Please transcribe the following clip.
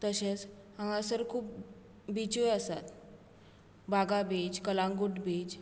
तशेंच हांगासर खूब बिचूय आसात बागा बीच कलांगूट बीच